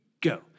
Go